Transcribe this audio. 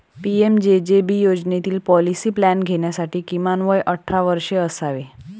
PMJJB योजनेतील policy plan घेण्यासाठी किमान वय अठरा वर्षे असावे